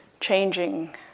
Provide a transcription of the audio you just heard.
changing